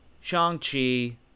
Shang-Chi